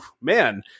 man